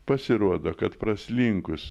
pasirodo kad praslinkus